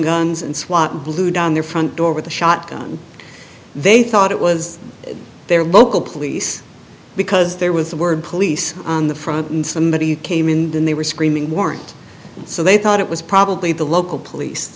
guns and swat blew down their front door with a shotgun they thought it was their local police because there was the word police on the front and somebody came in they were screaming warrant so they thought it was probably the local police